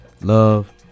love